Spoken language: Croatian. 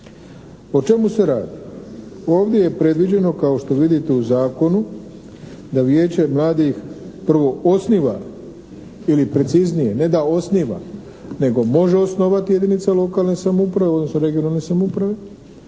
O čemu se radi? Ovdje je predviđeno kao što vidite u zakonu da vijeće mladih prvo osniva ili preciznije ne da osniva nego može osnovati jedinice lokalne samouprave odnosno regionalne samouprave,